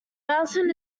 mountain